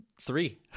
three